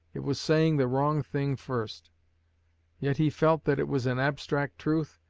it was saying the wrong thing first yet he felt that it was an abstract truth,